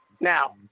Now